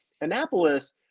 Annapolis